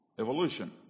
evolution